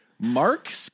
Mark